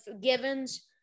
givens